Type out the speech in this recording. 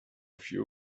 few